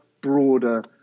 broader